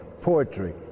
poetry